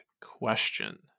question